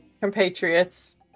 compatriots